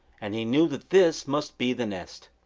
and he knew that this must be the nest.